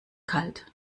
kalt